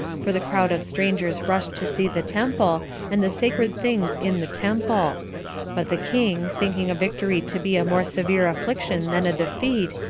for the crowd of strangers rushed to see the temple, and the sacred things in the temple but the king, thinking a victory to be a more severe affliction than a defeat,